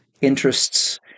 interests